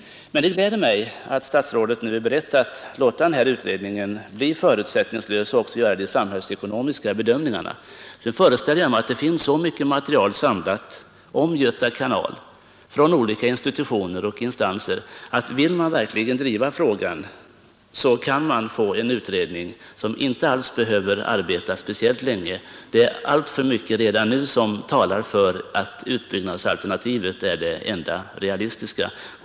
Men det gläder mig att statsrådet nu är beredd att låta utredningen bli förutsättningslös och att den även får göra de sam hällsekonomiska bedömningarna. Vidare föreställer jag mig att det finns så mycket material samlat om Göta kanal från olika institutioner och instanser att man, om man verkligen vill driva frågan, kan få en utredning som inte alls behöver arbeta speciellt länge. Det är redan nu alltför mycket som talar för att utbyggnadsalternativet är det enda realistiska.